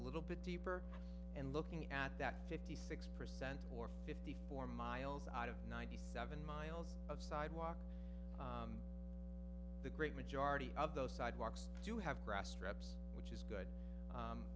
little bit deeper and looking at that fifty six percent or fifty four miles out of ninety seven miles of sidewalk the great majority of those sidewalks do have grass strips which is good